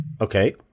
Okay